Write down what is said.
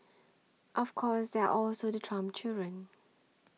of course there are also the Trump children